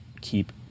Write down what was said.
keep